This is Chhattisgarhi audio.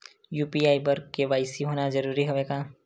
यू.पी.आई बर के.वाई.सी होना जरूरी हवय का?